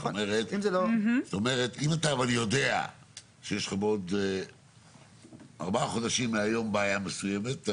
זאת אומרת אם אתה יודע שיש לך בעוד ארבעה חודשים מהיום בעיה מסוימת?